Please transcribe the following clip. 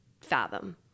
fathom